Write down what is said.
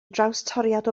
drawstoriad